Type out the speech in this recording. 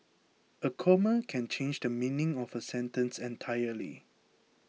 a comma can change the meaning of a sentence entirely